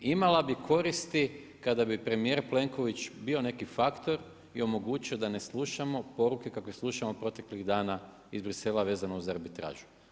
Imala bi koristi kada bi premijer Plenković bio neki faktor i omogućio da ne slušamo poruke kakve slušamo proteklih dana iz Bruxellesa vezano uz arbitražu.